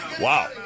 Wow